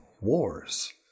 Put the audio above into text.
wars